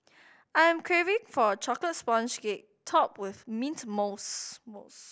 I am craving for a chocolate sponge cake topped with mint mousse mousse